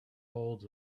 holds